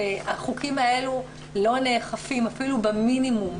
והחוקים האלה לא נאכפים אפילו במינימום,